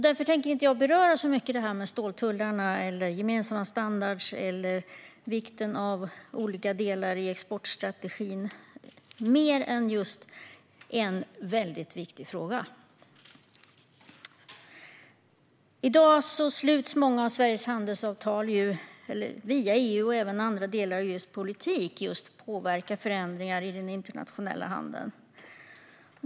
Därför tänker inte jag beröra ståltullar, gemensamma standarder eller vikten av olika delar i exportstrategin så mycket utan bara ta upp en väldigt viktig fråga. I dag sluts många av Sveriges handelsavtal via EU, och även andra delar av EU:s politik påverkar förändringar i den internationella handeln.